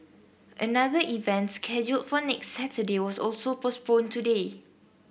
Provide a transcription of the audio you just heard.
another events scheduled for next Saturday was also postponed today